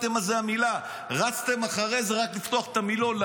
לזימי יוצאת מאולם המליאה.) -- מניעה משפטית,